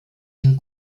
den